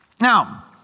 Now